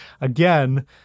again